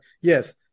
yes